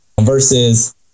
versus